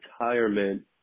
retirement